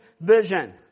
vision